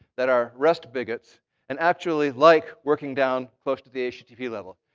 that are rest bigots and actually like working down close to the http level.